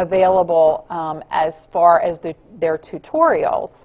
available as far as the their tutorials